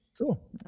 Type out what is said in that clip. Cool